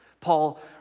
Paul